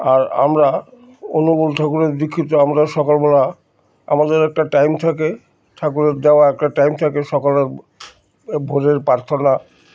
আর আমরা অনুকূল ঠাকুরের দীক্ষিত আমরা সকলবেলা আমাদের একটা টাইম থাকে ঠাকুরের দেওয়া একটা টাইম থাকে সকলের ভোরের প্রার্থনা